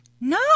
No